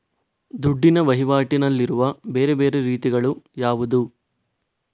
ದುಡ್ಡಿನ ವಹಿವಾಟಿನಲ್ಲಿರುವ ಬೇರೆ ಬೇರೆ ರೀತಿಗಳು ಯಾವುದು?